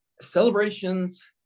celebrations